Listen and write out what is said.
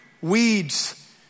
weeds